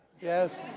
Yes